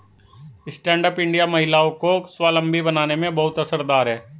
stand up India महिलाओं को स्वावलम्बी बनाने में बहुत असरदार है